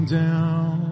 down